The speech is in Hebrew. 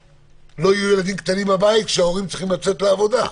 שלא יהיו ילדים קטנים בבית כי ההורים צריכים לצאת לעבודה.